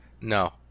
No